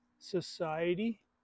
society